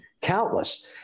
countless